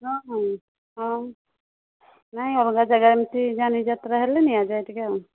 ହଁ ହଁ ନାଇଁ ଅଲଗା ଜାଗା ଏମିତି ଜାନିଯାତ୍ରା ହେଲେ ନିଆଯାଏ ଟିକିଏ ଆଉ